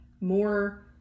more